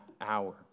hour